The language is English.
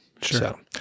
Sure